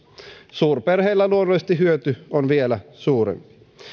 suurperheillä luonnollisesti hyöty on vielä suurempi